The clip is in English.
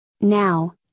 Now